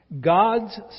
God's